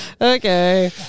Okay